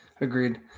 Agreed